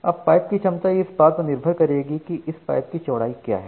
अब पाइप की क्षमता इस बात पर निर्भर करेगी कि इस पाइप की चौड़ाई क्या है